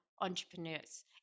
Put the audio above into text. entrepreneurs